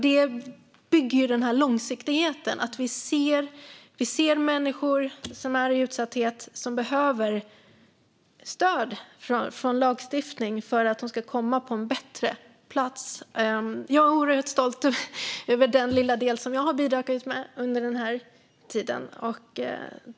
Det bygger ju den här långsiktigheten: att vi ser människor som är i utsatthet och som behöver stöd från lagstiftningen för att komma på en bättre plats. Jag är oerhört stolt över den lilla del som jag har bidragit med under den här tiden.